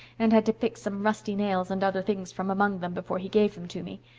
and had to pick some rusty nails and other things from among them before he gave them to me.